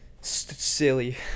silly